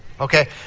Okay